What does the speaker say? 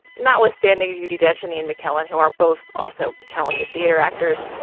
notwithstanding judi dench, indian mckellen, who are both also talented theater actors,